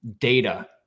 data